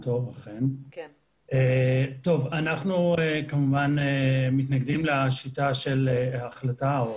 אנחנו כמובן מתנגדים לשיטה של ההחלטה או